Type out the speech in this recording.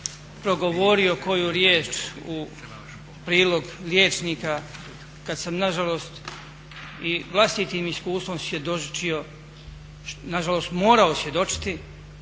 progovorio koju riječ u prilog liječnika kad sam nažalost i vlastitim iskustvom svjedočio, nažalost morao svjedočiti,